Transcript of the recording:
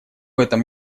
этом